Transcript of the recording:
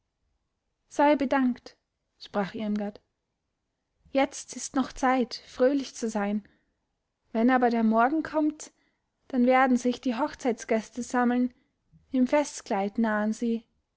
sei bedankt sprach irmgard jetzt ist noch zeit fröhlich zu sein wenn aber der morgen kommt dann werden sich die hochzeitsgäste sammeln im festkleid nahen sie